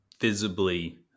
visibly